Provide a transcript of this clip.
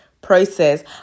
process